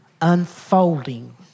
unfolding